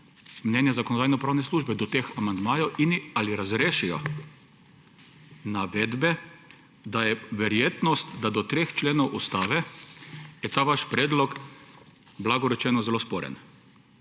mnenja Zakonodajno-pravne službe do teh amandmajev in ali razrešijo navedbe, da je verjetnost, da je do treh členov ustave je ta vaš predlog, blago rečeno, zelo sporen.